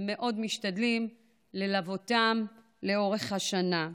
ומאוד משתדלים ללוותם לאורך השנה.